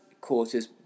quarters